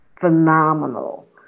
phenomenal